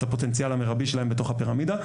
הפוטנציאל המירבי שלהם בתוך הפירמידה.